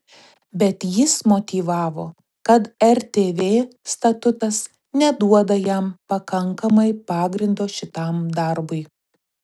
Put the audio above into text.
bet jis motyvavo kad rtv statutas neduoda jam pakankamai pagrindo šitam darbui